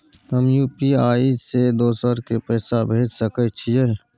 हम यु.पी.आई से दोसर के पैसा भेज सके छीयै?